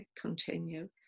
continue